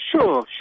Sure